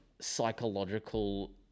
psychological